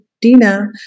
Dina